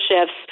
shifts